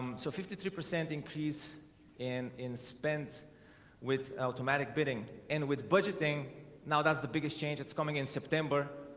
so fifty three percent increase and in spent with automatic bidding and with budgeting now that's the biggest change that's coming in september.